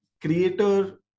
Creator